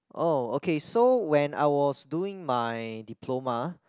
orh okay so when I was doing my diploma